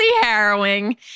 harrowing